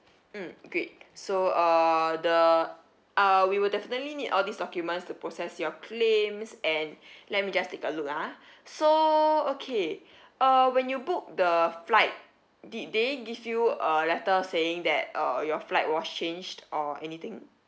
mm great so uh the uh we will definitely need all these documents to process your claims and let me just take a look ah so okay uh when you book the flight did they give you a letter saying that uh your flight was changed or anything